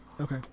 Okay